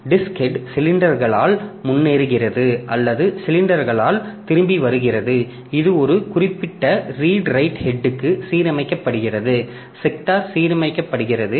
disk head சிலிண்டர்களால் முன்னேறுகிறது அல்லது சிலிண்டர்களால் திரும்பி வருகிறது இது ஒரு குறிப்பிட்ட ரீடு ரைட் ஹெட்க்கு சீரமைக்கப்படுகிறது செக்டார் சீரமைக்கப்படுகிறது